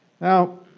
Now